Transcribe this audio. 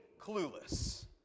clueless